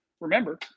Remember